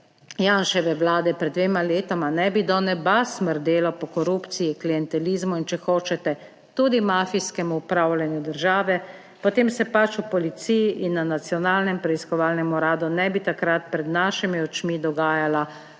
Janševe Vlade pred dvema letoma ne bi do neba smrdelo po korupciji, klientelizmu in, če hočete, tudi mafijskemu upravljanju države, potem se pač v policiji in na Nacionalnem preiskovalnem uradu ne bi takrat pred našimi očmi dogajala brutalna